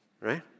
right